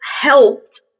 helped